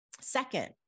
Second